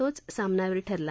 तोच सामनावीर ठरला